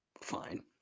Fine